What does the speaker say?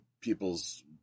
people's